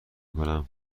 کنم